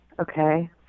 okay